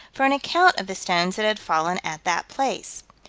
for an account of the stones that had fallen at that place.